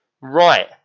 Right